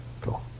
cool